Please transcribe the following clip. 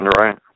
Right